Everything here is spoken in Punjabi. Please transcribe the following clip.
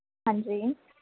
ਹਾਂਜੀ